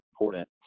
important